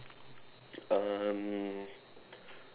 um